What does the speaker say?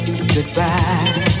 goodbye